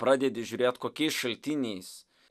pradedi žiūrėti kokiais šaltiniais